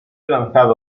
lanzado